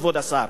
כבוד השר,